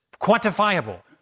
quantifiable